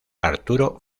arturo